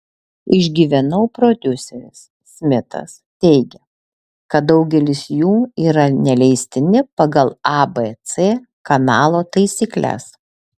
išgyvenau prodiuseris smitas teigia kad daugelis jų yra neleistini pagal abc kanalo taisykles